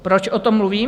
Proč o tom mluvím?